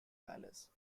palace